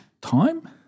time